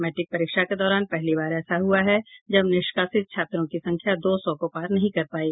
matric परीक्षा के दौरान पहली बार ऐसा हुआ है जब निष्कासित छात्रों की संख्या दो सौ को पार नहीं कर पायी